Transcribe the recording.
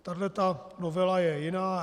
Tahleta novela je jiná.